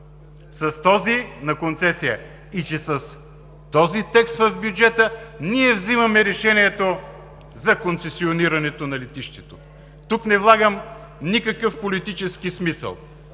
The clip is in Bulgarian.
с този текст на концесия и че с този текст в бюджета ние взимаме решението за концесионирането на летището. Тук не влагам никакъв политически смисъл.